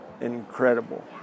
incredible